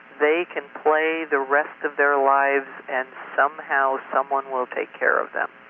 they can play the rest of their lives and somehow someone will take care of them.